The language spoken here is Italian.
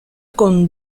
con